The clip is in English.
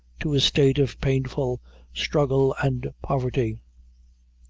to a state of painful struggle and poverty.